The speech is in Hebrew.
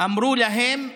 אמרו להם: